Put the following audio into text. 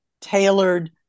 tailored